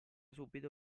subito